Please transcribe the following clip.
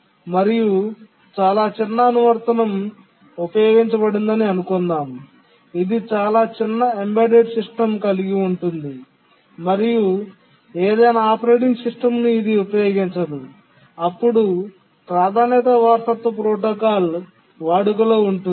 మరియు చాలా చిన్న అనువర్తనం ఉపయోగించబడిందని అనుకుందాం ఇది చాలా చిన్న ఎంబెడెడ్ సిస్టమ్ కలిగి ఉంటుంది మరియు ఏదైనా ఆపరేటింగ్ సిస్టమ్ను ఇది ఉపయోగించదు అప్పుడు ప్రాధాన్యత వారసత్వ ప్రోటోకాల్ వాడుకలో ఉంటుంది